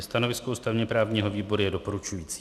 Stanovisko ústavněprávního výboru je doporučující.